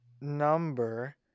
number